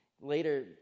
later